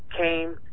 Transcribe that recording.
came